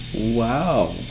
wow